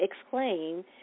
exclaim